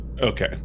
okay